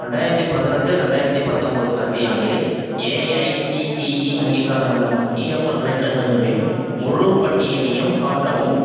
ரெண்டாயிரத்து பதினெட்டு ரெண்டாயிரத்து பத்தொம்போது கல்வியாண்டில் ஏஐசிடிஇ அங்கீகாரமுள்ள மத்தியப் பல்கலைக்கழகங்களின் முழுப் பட்டியலையும் காட்டவும்